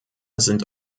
sind